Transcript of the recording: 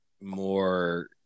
more